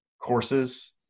courses